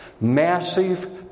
massive